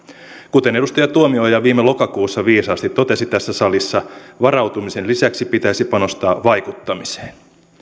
kuten edustaja tuomioja viime lokakuussa viisaasti totesi tässä salissa varautumisen lisäksi pitäisi panostaa vaikuttamiseen